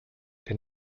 der